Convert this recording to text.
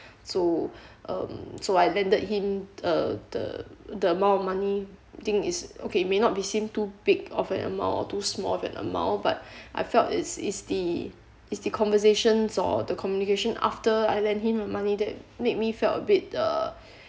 so um so I lended him a the the amount of money thing is okay may not be seen to big of an amount or too small an amount but I felt it's it's the it's the conversations or the communication after I lend him money that make me felt a bit uh